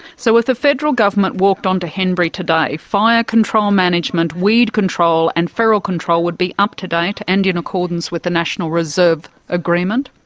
so if the federal government walked on to henbury today, fire control management, weed control and feral control would be up-to-date and in accordance with the national reserve agreement?